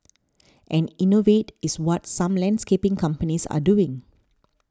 and innovate is what some landscaping companies are doing